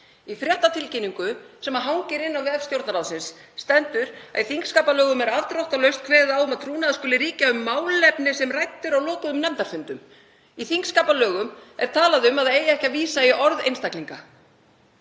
Í fréttatilkynningu sem hangir inni á vef Stjórnarráðsins stendur að í þingskapalögum sé afdráttarlaust kveðið á um að trúnaður skuli ríkja um málefni sem rædd eru á lokuðum nefndarfundum. Í þingskapalögum er talað um að það eigi ekki að vísa í orð einstaklinga.